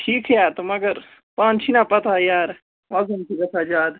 ٹھیٖکھٕے ہہ تہٕ مگر پانہٕ چھی نہ پتہ یارٕ وَزُم چھِ گژھان زیادٕ